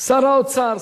שר האוצר,